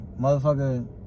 motherfucker